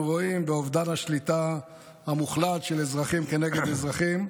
רואים ואובדן השליטה המוחלט של אזרחים כנגד אזרחים.